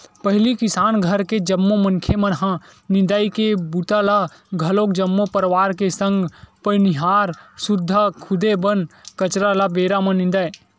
पहिली किसान घर के जम्मो मनखे मन ह निंदई के बूता ल घलोक जम्मो परवार के संग बनिहार सुद्धा खुदे बन कचरा ल बेरा म निंदय